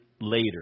later